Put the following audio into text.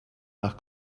nach